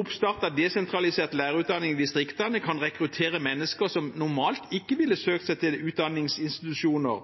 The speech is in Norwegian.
Oppstart av desentralisert lærerutdanning i distriktene kan rekruttere mennesker som normalt ikke ville søkt seg til utdanningsinstitusjoner,